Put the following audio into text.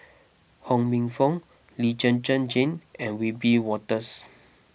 Ho Minfong Lee Zhen Zhen Jane and Wiebe Wolters